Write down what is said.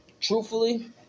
Truthfully